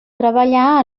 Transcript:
treballar